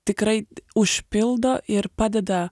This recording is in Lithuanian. tikrai užpildo ir padeda